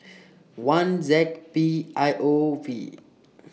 one Z P I O V